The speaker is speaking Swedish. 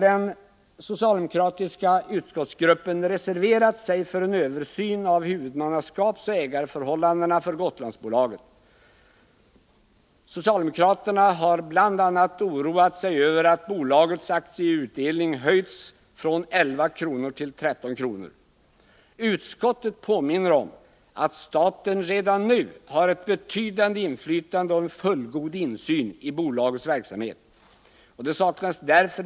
Den socialdemokratiska utskottsgruppen har reserverat sig också för en översyn av huvudmannaskapsoch ägarförhållandena för Gotlandsbolaget. Socialdemokraterna har bl.a. oroat sig över att bolagets aktieutdelning höjts från 11 kr. till 13 kr. Utskottet påminner om att staten redan nu har ett betydande inflytande över och en fullgod insyn i bolagets verksamhet.